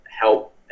help